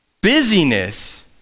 Busyness